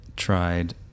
tried